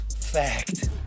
fact